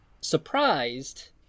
surprised